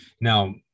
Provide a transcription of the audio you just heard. now